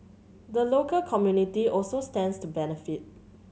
the local community also stands to benefit